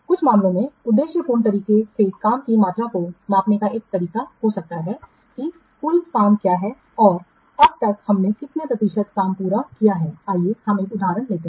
कुछ मामलों में उद्देश्यपूर्ण तरीके से काम की मात्रा को मापने का एक तरीका हो सकता है कि कुल काम क्या है और अब तक हमने कितने प्रतिशत काम पूरा किया है आइए हम एक उदाहरण लेते हैं